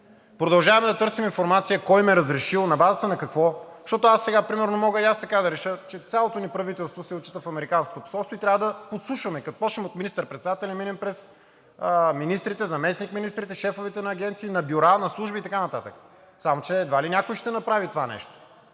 продължаваме да търсим информация кой им е разрешил, на базата на какво. Защото примерно мога и аз сега така да реша – че цялото ни правителство се отчита в Американското посолство и трябва да подслушваме, като започнем от министър-председателя и минем през министрите, заместник-министрите, шефовете на агенции, на бюра, на служби и така нататък. Само че едва ли някой ще направи това нещо.